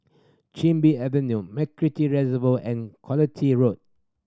Chin Bee Avenue MacRitchie Reservoir and Quality Road